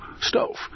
stove